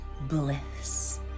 bliss